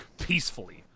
peacefully